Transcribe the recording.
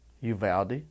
Uvalde